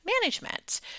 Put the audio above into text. management